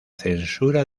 censura